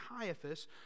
Caiaphas